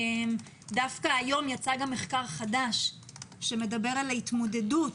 היום יצא מחקר חדש שמדבר על ההתמודדות